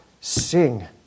sing